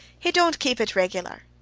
he don't keep it regular'.